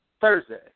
Thursday